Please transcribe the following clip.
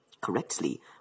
correctly